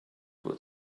would